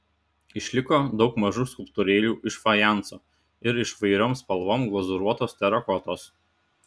išliko daug mažų skulptūrėlių iš fajanso ir iš įvairiom spalvom glazūruotos terakotos